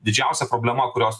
didžiausia problema kurios